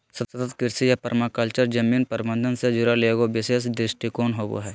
सतत कृषि या पर्माकल्चर जमीन प्रबन्धन से जुड़ल एगो विशेष दृष्टिकोण होबा हइ